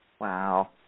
wow